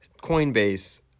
Coinbase